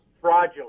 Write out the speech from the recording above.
fraudulent